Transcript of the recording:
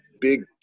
big